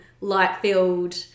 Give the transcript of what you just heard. light-filled –